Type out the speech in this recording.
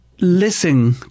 listen